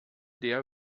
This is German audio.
der